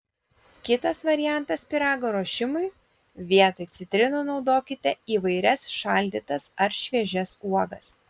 kitas variantas pyrago ruošimui vietoj citrinų naudokite įvairias šaldytas ar šviežias uogas